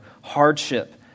hardship